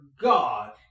God